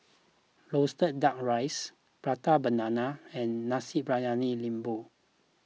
Roasted Duck Rice Prata Banana and Nasi Briyani Lembu